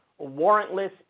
warrantless